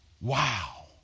Wow